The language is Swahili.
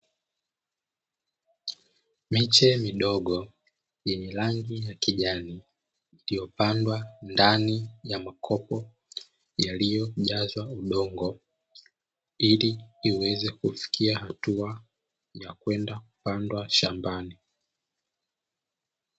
Miche midogo yenye rangi ya kijani, iliyopandwa ndani ya makopo yaliyojazwa udongo, ili iweze kufikia hatua ya kwenda kupandwa shambani.